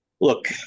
Look